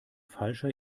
falscher